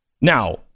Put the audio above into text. Now